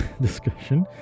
discussion